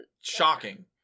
Shocking